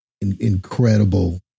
incredible